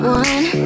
one